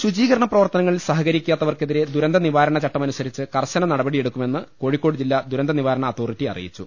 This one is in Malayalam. ശുചീകരണ പ്രവർത്തനങ്ങളിൽ സഹകരിക്കാത്തവർക്കെതിരെ ദുരന്തനിവാരണ ചട്ടമനുസരിച്ച് കർശന നടപടിയെടുക്കുമെന്ന് കോഴിക്കോട് ജില്ലാദുരന്തനിവാരണ അതോറിറ്റി അറിയിച്ചു